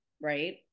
right